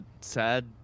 sad